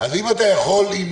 אם יש ברשותך